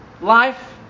life